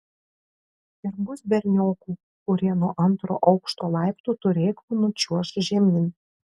ir bus berniokų kurie nuo antro aukšto laiptų turėklų nučiuoš žemyn